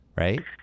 Right